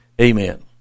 Amen